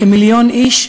כמיליון איש,